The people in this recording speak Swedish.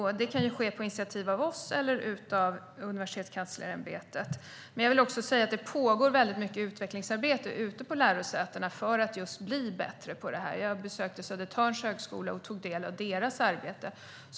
Det kan ske på initiativ av oss eller av Universitetskanslersämbetet. Jag vill också säga att det pågår mycket utvecklingsarbete ute på lärosätena för att bli bättre på detta. Jag besökte Södertörns högskola och tog del av deras arbete.